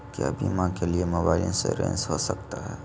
क्या बीमा के लिए मोबाइल इंश्योरेंस हो सकता है?